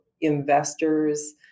investors